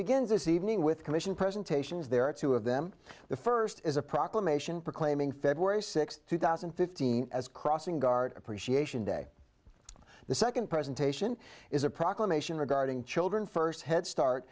its evening with commission presentations there are two of them the first is a proclamation proclaiming february sixth two thousand and fifteen as a crossing guard appreciation day the second presentation is a proclamation regarding children first headstart